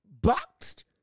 boxed